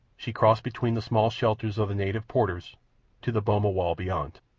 she crossed between the small shelters of the native porters to the boma wall beyond.